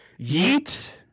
Yeet